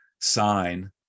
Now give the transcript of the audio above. sign